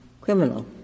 criminal